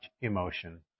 emotion